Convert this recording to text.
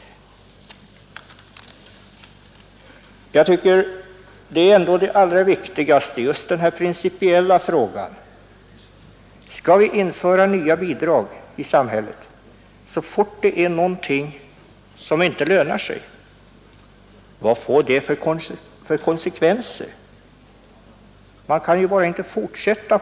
Den viktigaste och principiella frågan är om vi skall införa nya bidrag så fort någonting inte lönar sig. Vad får det för konsekvenser? Så kan vi ju bara inte fortsätta.